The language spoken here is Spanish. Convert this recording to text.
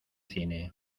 cine